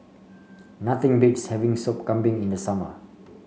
nothing beats having Soup Kambing in the summer